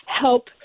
help